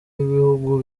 b’ibihugu